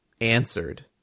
answered